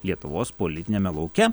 lietuvos politiniame lauke